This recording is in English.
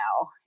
now